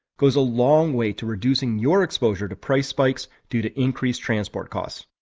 goes a long way to reducing your exposure to price spikes due to increased transport costs.